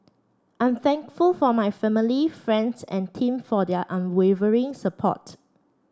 I'm thankful for my family friends and team for their unwavering support